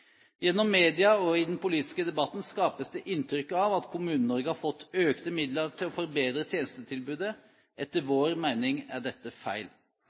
Gjennom media og i den politiske debatten skapes det inntrykk av at Kommune-Norge har fått økte midler til å forbedre tjenestetilbudet. Etter vår mening er dette feil.